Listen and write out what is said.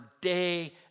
day